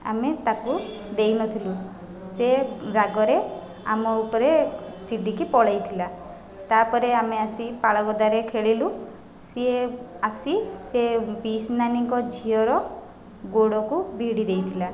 ଆମେ ତାକୁ ଦେଇନଥିଲୁ ସିଏ ରାଗରେ ଆମ ଉପରେ ଚିଡ଼ିକି ପଳାଇଥିଲା ତା'ପରେ ଆମେ ଆସି ପାଳ ଗଦାରେ ଖେଳିଲୁ ସିଏ ଆସି ସିଏ ପିଉସି ନାନୀଙ୍କ ଝିଅର ଗୋଡ଼କୁ ଭିଡ଼ି ଦେଇଥିଲା